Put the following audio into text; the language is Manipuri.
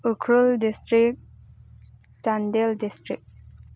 Ukhrul district Chandel district